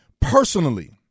personally